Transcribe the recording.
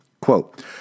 Quote